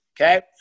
okay